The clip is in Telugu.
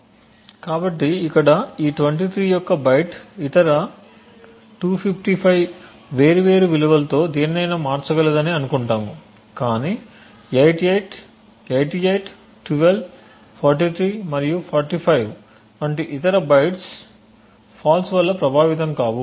కాబట్టి ఇక్కడ ఈ 23 యొక్క బైట్ ఇతర 255 వేర్వేరు విలువలలో దేనినైనా మార్చగలదని అనుకుంటాము కాని 88 12 43 మరియు 45 వంటి ఇతర బైట్స్ ఫాల్ట్ వల్ల ప్రభావితం కావు